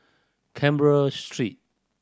Canberra Street